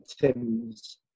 Tims